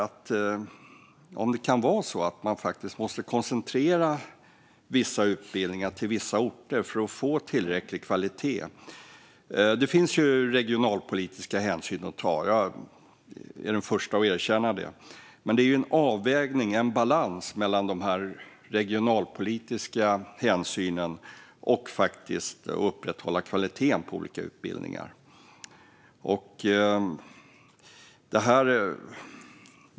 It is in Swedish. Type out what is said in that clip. Kan det vara så att man faktiskt måste koncentrera vissa utbildningar till vissa orter för att få tillräcklig kvalitet? Det finns regionalpolitiska hänsyn att ta; jag är den förste att erkänna det. Men det handlar om en avvägning och en balans mellan dessa regionalpolitiska hänsyn och att upprätthålla kvaliteten på olika utbildningar.